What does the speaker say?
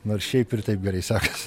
nors šiaip ir taip gerai sekasi